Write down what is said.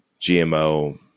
GMO